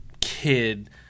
kid